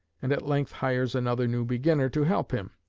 and at length hires another new beginner to help him.